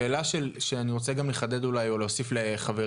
השאלה שאני רוצה גם לחדד אולי או להוסיף לחברי,